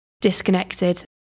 disconnected